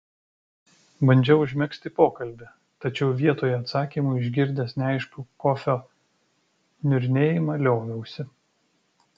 bandžiau užmegzti pokalbį tačiau vietoje atsakymų išgirdęs neaiškų kofio niurnėjimą lioviausi